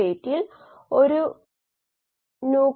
ജനിതകമാറ്റം വരുത്തിയ ഇ